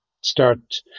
start